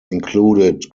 included